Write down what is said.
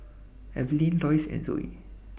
Evelyne Loyce and Zoie